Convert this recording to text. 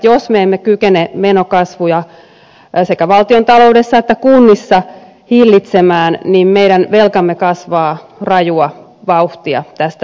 jos me emme kykene menokasvua sekä valtiontaloudessa että kunnissa hillitsemään meidän velkamme kasvaa rajua vauhtia tästä eteenpäin